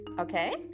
Okay